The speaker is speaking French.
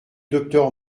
docteur